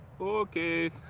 okay